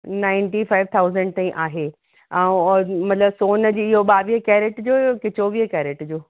ninety five thousand ताईं आहे ऐं और मतिलब सोन जी इहो ॿावीह कैरेट जो की चौवीह कैरेट जो